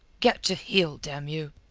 get to heel, damn you!